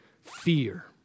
fear